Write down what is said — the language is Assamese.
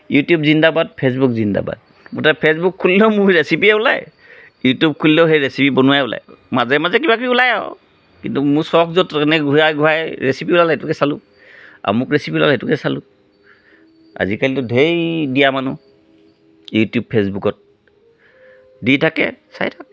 ইউটিউব জিন্দাবাদ ফেচবুক জিন্দাবাদ মুঠতে ফেচবুক খুলিলেও মোৰ ৰেচিপিয়ে ওলায় ইউটিউব খুলিলেও সেই ৰেচিপি বনোৱাই ওলায় মাজে মাজে কিবা কিবি ওলায় আৰু কিন্তু মোৰ চব য'ত এনেকৈ ঘূৰাই ঘূৰাই ৰেচিপি ওলালে এইটোকে চালোঁ আমুক ৰেচিপি ওলালে এইটোকে চালোঁ আজিকালিতো ঢেৰ দিয়া মানুহ ইউটিউব ফেচবুকত দি থাকে চাই থাকোঁ